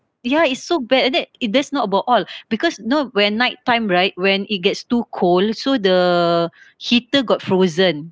ya it's so bad and then it that's not about all because you know when nigh time right when it gets too cold so the heater got frozen